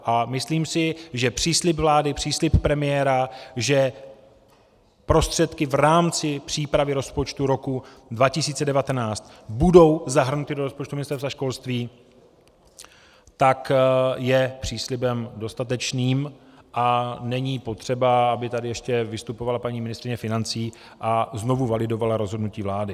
A myslím si, že příslib vlády, příslib premiéra, že prostředky v rámci přípravy rozpočtu roku 2019 budou zahrnuty do rozpočtu Ministerstva školství, je příslibem dostatečným a není potřeba, aby tady ještě vystupovala paní ministryně financí a znovu validovala rozhodnutí vlády.